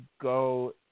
go